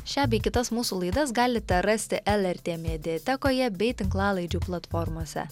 šią bei kitas mūsų laidas galite rasti lrt mediatekoje bei tinklalaidžių platformose